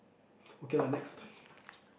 okay lah next